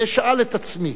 ואשאל עצמי